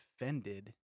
offended